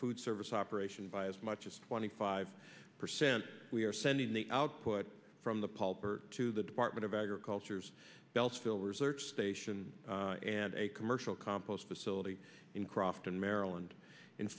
food service operation by as much as twenty five percent we are sending the output from the pulp or to the department of agriculture's beltsville research station and a commercial compost facility in crofton maryland in